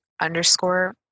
underscore